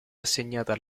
assegnata